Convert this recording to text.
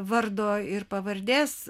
vardo ir pavardės